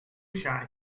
shy